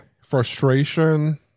frustration